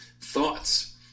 thoughts